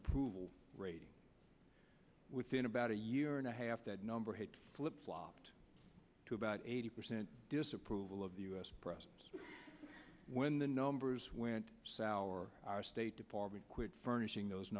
approval rating within about a year and a half that number has flip flopped to about eighty percent disapproval of the u s presence when the numbers went our state department furnishing those